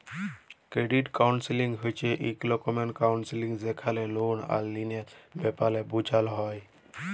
credit counselling হছে ইক রকমের কাউল্সেলিং যেখালে লল আর ঋলের ব্যাপারে বুঝাল হ্যয়